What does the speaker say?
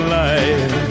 life